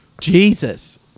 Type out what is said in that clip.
jesus